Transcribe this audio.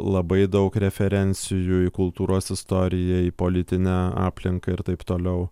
labai daug referencijų į kultūros istoriją į politinę aplinką ir taip toliau